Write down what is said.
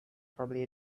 probably